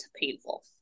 painful